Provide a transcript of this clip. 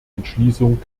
entschließung